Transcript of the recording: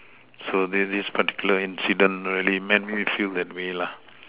so this is particular incident really made me feel that way lah